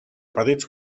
petits